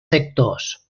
sectors